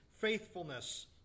faithfulness